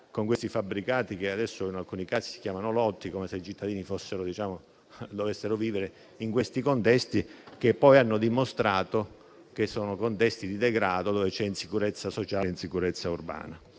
con questi fabbricati che adesso in alcuni casi si chiamano lotti come se i cittadini dovessero vivere in contesti che hanno dimostrato di essere di degrado, dove c'è insicurezza sociale e insicurezza urbana.